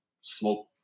smoke